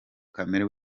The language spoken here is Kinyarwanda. kamere